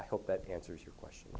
i hope that answers your question